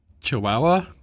Chihuahua